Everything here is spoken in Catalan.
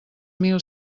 mil